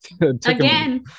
again